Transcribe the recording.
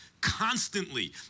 constantly